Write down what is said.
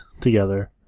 together